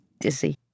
dizzy